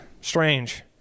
strange